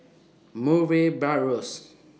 Murray Buttrose